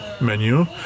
menu